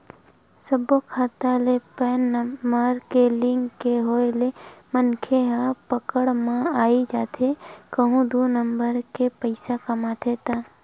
सब्बो खाता ले पेन नंबर के लिंक के होय ले मनखे ह पकड़ म आई जाथे कहूं दू नंबर के पइसा कमाथे ता